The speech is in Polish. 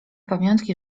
pamiątki